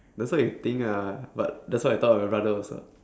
that's what you think ah but that's why I thought of my brother also